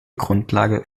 grundlage